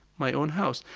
my own house.